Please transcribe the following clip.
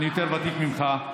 אני יותר ותיק ממך.